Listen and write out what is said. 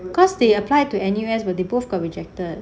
cause they apply to N_U_S but they both got rejected